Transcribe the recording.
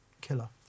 killer